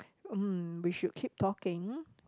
mm we should keep talking